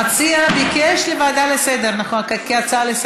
המציע ביקש הצעה לסדר-היום.